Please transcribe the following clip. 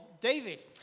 David